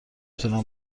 تونم